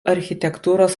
architektūros